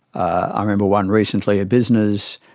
i remember one recently, a business,